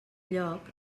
lloc